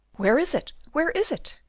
where is it? where is it?